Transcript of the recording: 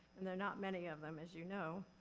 and there're not many of them, as you know.